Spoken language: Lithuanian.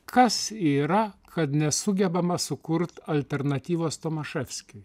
kas yra kad nesugebama sukurt alternatyvos tomaševskiui